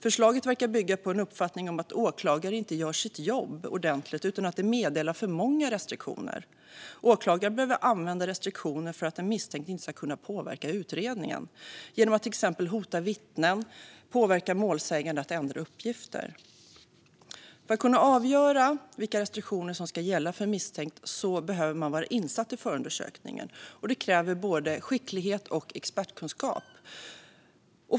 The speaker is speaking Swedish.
Förslaget verkar bygga på uppfattningen att åklagare inte gör sitt jobb ordentligt utan meddelar för många restriktioner. Åklagaren behöver använda restriktioner för att den misstänkte inte ska kunna påverka utredningen genom att till exempel hota vittnen eller påverka målsägande att ändra uppgifter. För att kunna avgöra vilka restriktioner som ska gälla för en misstänkt behöver man vara insatt i förundersökningen, och det kräver både skicklighet och expertkunskap.